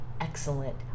excellent